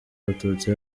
abatutsi